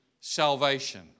salvation